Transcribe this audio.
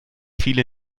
viele